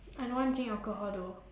I don't want drink alcohol though